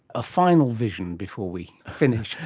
a final vision before we finish?